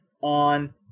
on